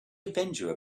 avenger